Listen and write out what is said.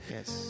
Yes